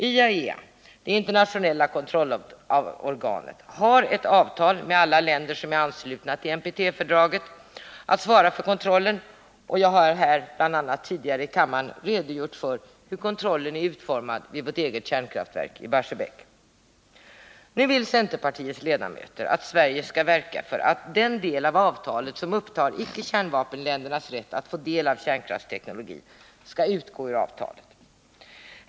IAEA, det internationella kontrollorganet, har ett avtal med alla länder som är anslutna till NPT-fördraget om att svara för kontrollen. Jag har tidigare här i kammaren redogjort för hur kontrollen är utformad när det gäller vårt eget kärnkraftverk i Barsebäck. Nu vill centerpartiets ledamöter att Sverige skall verka för att den del av avtalet som upptar icke-kärnvapenländernas rätt att få del av kärnkraftsteknologi skall utgå ur avtalet.